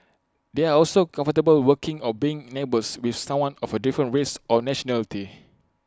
they are also comfortable working or being neighbours with someone of A different race or nationality